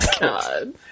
God